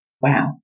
Wow